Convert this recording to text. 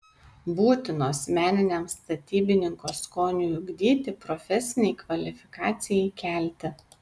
būtinos meniniam statybininko skoniui ugdyti profesinei kvalifikacijai kelti